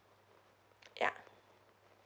yup